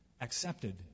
accepted